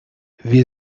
wir